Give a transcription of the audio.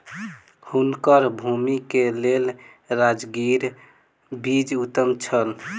हुनकर भूमि के लेल राजगिरा बीज उत्तम छल